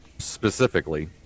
specifically